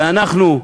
ואנחנו,